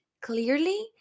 clearly